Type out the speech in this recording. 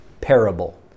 parable